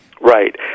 Right